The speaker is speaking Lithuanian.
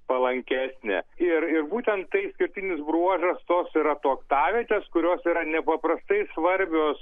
palankesnė ir ir būtent tai išskirtinis bruožas tos yra tuoktavietės kurios yra nepaprastai svarbios